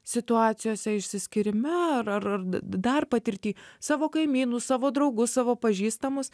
situacijose išsiskyrime ar ar ar dar patirty savo kaimynus savo draugus savo pažįstamus